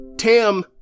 Tam